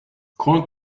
corn